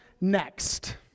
next